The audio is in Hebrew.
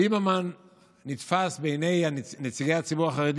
ליברמן נתפס בעיני נציגי הציבור החרדי